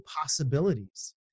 possibilities